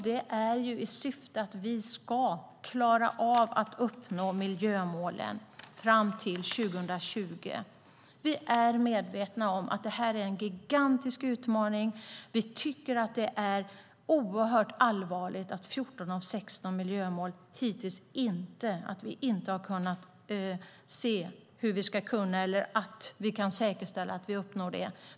Det är i syfte att vi ska klara av att uppnå miljömålen fram till 2020. Vi är medvetna om att detta är en gigantisk utmaning. Vi tycker att det är oerhört allvarligt att vi när det gäller 14 av 16 miljömål hittills inte har kunnat säkerställa att vi uppnår dem.